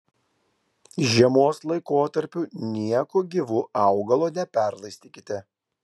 žiemos laikotarpiu nieku gyvu augalo neperlaistykite